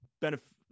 benefit